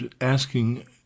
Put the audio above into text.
asking